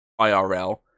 IRL